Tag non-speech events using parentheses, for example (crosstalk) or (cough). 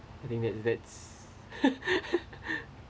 I think that that's (laughs)